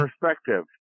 Perspective